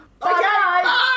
Bye